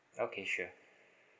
okay sure